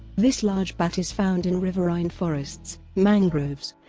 this large bat is found in riverine forests, mangroves,